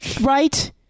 Right